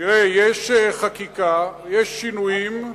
תראה, יש חקיקה, יש שינויים,